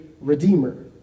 redeemer